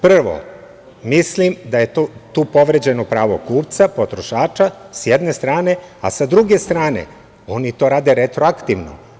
Prvo, mislim da je tu povređeno pravo kupca, potrošača, sa jedne strane, a sa druge strane, oni to rade retroaktivno.